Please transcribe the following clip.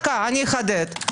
אחדד.